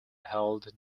held